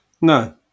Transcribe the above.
No